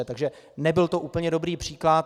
Takže nebyl to úplně dobrý příklad.